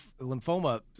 lymphoma